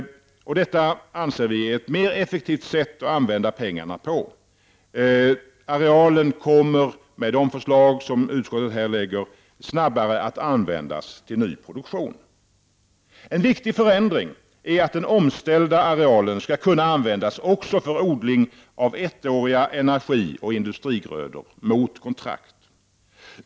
Detta anser vi är ett mer effektivt sätt att använda pengarna på. Arealen kommer, med de förslag som utskottet här lägger fram, snabbare att användas till ny produktion. En viktig förändring är att den omställda arealen mot kontrakt skall kunna användas också för odling av ettåriga energieller industrigrödor.